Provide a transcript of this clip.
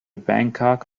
bangkok